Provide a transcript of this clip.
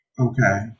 Okay